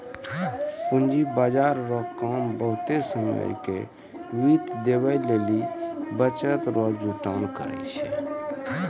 पूंजी बाजार रो काम बहुते समय के वित्त देवै लेली बचत रो जुटान करै छै